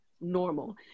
normal